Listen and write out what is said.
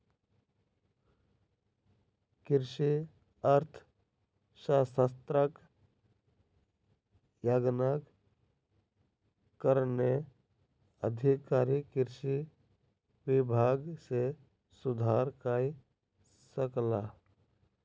कृषि अर्थशास्त्रक ज्ञानक कारणेँ अधिकारी कृषि विभाग मे सुधार कय सकला